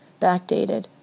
Backdated